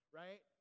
right